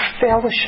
fellowship